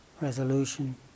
resolution